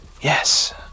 Yes